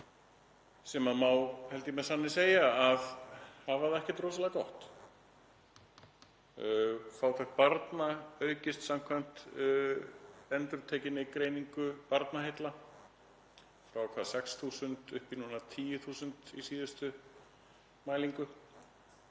sem má held ég með sanni segja að hafa það ekkert rosalega gott. Fátækt barna hefur aukist samkvæmt endurtekinni greiningu Barnaheilla frá 6.000 upp í 10.000 í síðustu mælingu.